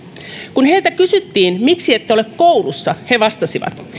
kun heiltä kysyttiin miksi ette ole koulussa he vastasivat